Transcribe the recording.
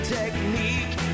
technique